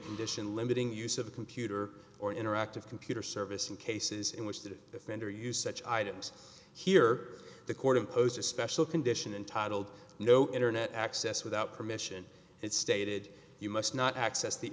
condition limiting use of a computer or interactive computer service in cases in which the offender used such items here the court imposed a special condition and titled no internet access without permission it's stated you must not access the